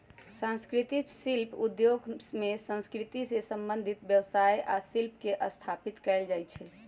संस्कृतिक शिल्प उद्योग में संस्कृति से संबंधित व्यवसाय आ शिल्प के स्थापित कएल जाइ छइ